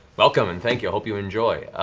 welcome and thank you. i hope you enjoy.